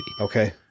okay